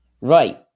Right